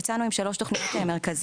יצאנו עם שלוש תוכניות מרכזיות.